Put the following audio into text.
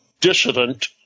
dissident